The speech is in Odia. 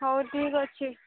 ହଉ ଠିକ୍ ଅଛି